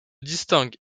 distingue